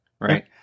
Right